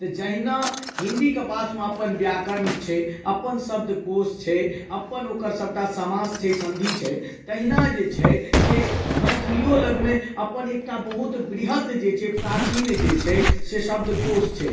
तऽ जहिना हिन्दीके पासमे अपन व्याकरण छै अपन शब्दकोश छै अपन ओकर सबटा समास छै सन्धि छै तहिना जे छै से मैथिलियो लगमे अपन एकटा बहुत बृहत जे छै प्राचीन जे छै से शब्दकोश छै